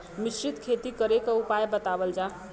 मिश्रित खेती करे क उपाय बतावल जा?